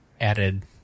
added